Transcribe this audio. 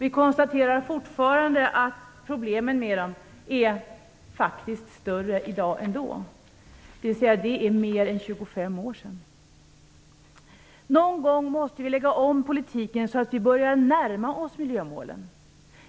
Vi konstaterar fortfarande att problemen faktiskt är större i dag än de var då. Det är alltså mer än 25 år sedan. Någon gång måste vi lägga om politiken så att vi börjar närma oss miljömålen.